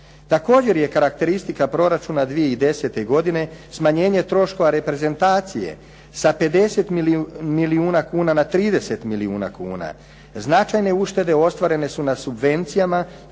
Također je karakteristika proračuna 2010. godine smanjenje troškova reprezentacije sa 50 milijuna kuna na 30 milijuna kuna. Značajne uštede ostvarene su na subvencijama